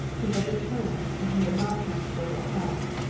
he had returned, and he had not come to the little house.